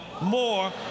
More